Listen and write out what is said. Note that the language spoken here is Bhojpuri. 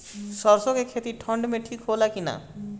सरसो के खेती ठंडी में ठिक होला कि ना?